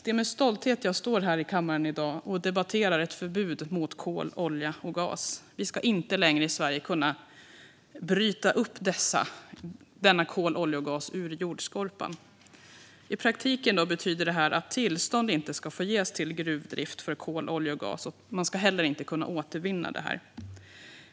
Det är med stolthet jag står här i kammaren i dag och debatterar ett förbud mot kol, olja och gas. Vi ska inte längre i Sverige kunna bryta upp denna kol, olja och gas ur jordskorpan. I praktiken betyder det att tillstånd inte ska ges till gruvdrift för kol, olja och gas, och man ska inte heller kunna återvinna detta.